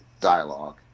dialogue